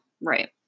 Right